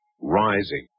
rising